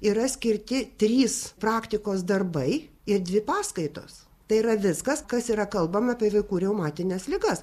yra skirti trys praktikos darbai ir dvi paskaitos tai yra viskas kas yra kalbama apie vaikų reumatines ligas